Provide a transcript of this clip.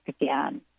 again